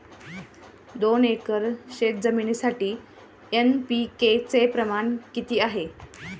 दोन एकर शेतजमिनीसाठी एन.पी.के चे प्रमाण किती आहे?